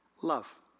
Love